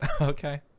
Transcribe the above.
Okay